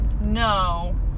No